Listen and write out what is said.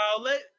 let –